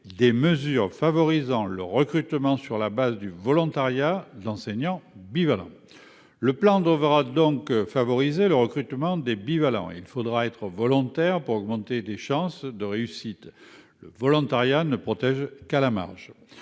des mesures favorisant le recrutement, sur la base du volontariat, d'enseignants bivalents. Il conviendra donc de favoriser le recrutement des bivalents : il faudra être volontaire pour augmenter les chances de réussite, mais le volontariat ne protège qu'à la marge